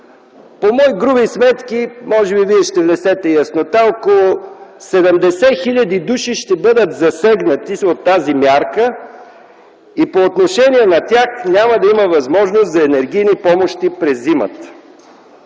по мои груби сметки – може би Вие ще внесете яснота, около 70 хил. души ще бъдат засегнати от тази мярка и по отношение на тях няма да има възможност за енергийни помощи през зимата.